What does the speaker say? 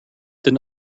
than